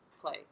play